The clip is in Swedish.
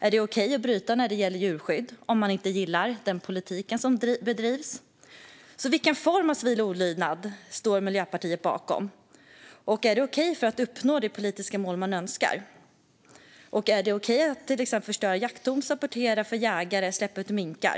Är det okej att bryta mot lagar när det gäller djurskydd om man inte gillar den politik som bedrivs? Så vilken form av civil olydnad står Miljöpartiet bakom? Och är det okej för att uppnå de politiska mål som man önskar uppnå? Är det okej att till exempel förstöra jakttorn, sabotera för jägare och släppa ut minkar?